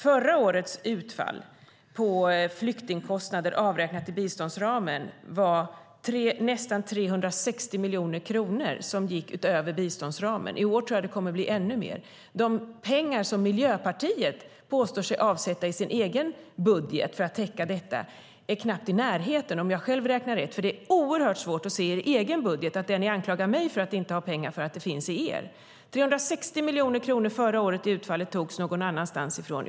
Förra årets utfall av flyktingkostnader utöver biståndsramen var nästan 360 miljoner kronor. I år tror jag att det kommer att bli ännu mer. De pengar som Miljöpartiet påstår sig avsätta i sin egen budget för att täcka kostnaderna är inte i närheten av detta, om jag räknar rätt. Det är oerhört svårt att se att ni i er budget har pengar för det ni anklagar mig för att inte ha. 360 miljoner kronor förra året är utfallet för det som togs någon annanstans ifrån.